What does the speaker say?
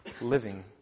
living